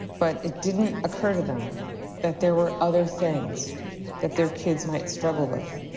but it didn't occur to them that there were other things that their kids might struggle with.